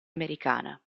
americana